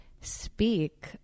speak